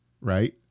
Right